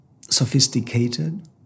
sophisticated